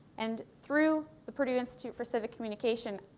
and through the purdue institute for civic communication,